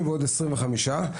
50+25,